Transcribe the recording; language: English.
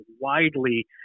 widely